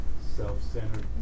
self-centered